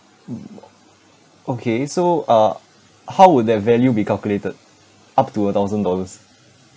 mm okay so uh how would that value be calculated up to a thousand dollars